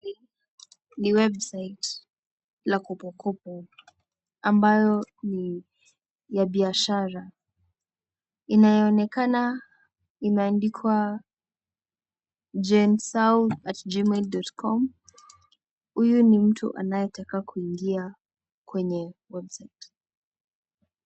Ni [website] la kopo kopo ambayo ni ya biashara inaonekana imeandikwa janesao@gmail.com huyu ni mtu anayetaka kuingia kwenye website .